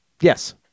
Yes